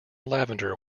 lavender